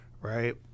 right